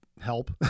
help